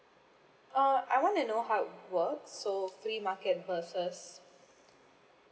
uh I want to know how it works so free market versus